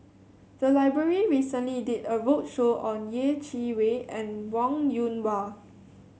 the library recently did a roadshow on Yeh Chi Wei and Wong Yoon Wah